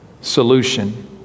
solution